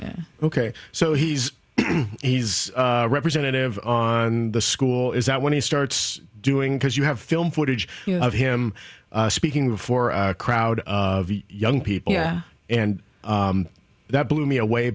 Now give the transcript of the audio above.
yeah ok so he's his representative on the school is that when he starts doing because you have film footage of him speaking before a crowd of young people yeah and that blew me away